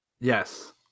Yes